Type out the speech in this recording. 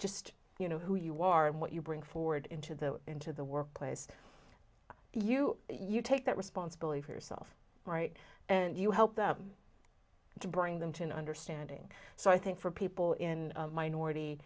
just you know who you are and what you bring forward into the into the workplace you you take that responsibility for yourself right and you help them to bring them to an understanding so i think for people in minority